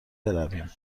برویم